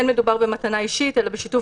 אין מדובר במתנה אישית אלא בשיתוף